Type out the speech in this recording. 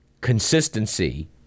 consistency